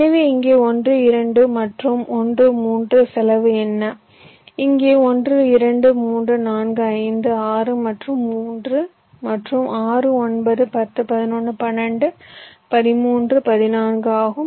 எனவே இங்கே 1 2 மற்றும் 1 3 செலவு என்ன இங்கே 1 2 3 4 5 6 மற்றும் 3 மற்றும் 6 9 10 11 12 13 14 ஆகும்